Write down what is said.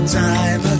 time